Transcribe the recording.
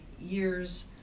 years